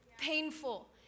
painful